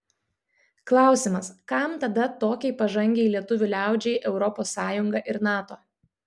klausimas kam tada tokiai pažangiai lietuvių liaudžiai europos sąjunga ir nato